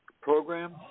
program